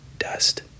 Dust